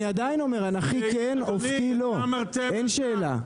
אני עדיין אומר אנכי כן אופקי לא, אין שאלה.